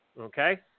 Okay